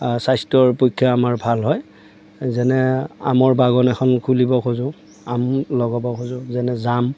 স্বাস্থ্যৰ পক্ষে আমাৰ ভাল হয় যেনে আমৰ বাগন এখন খুলিব খোজোঁ আম লগাব খোজোঁ যেনে জাম